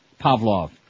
Pavlov